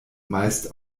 meist